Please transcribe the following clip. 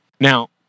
Now